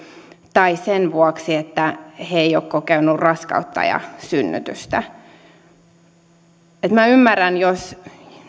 tai sen vuoksi että he eivät ole kokeneet raskautta ja synnytystä minä ymmärrän jos